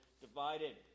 divided